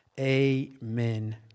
Amen